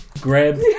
grab